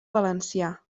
valencià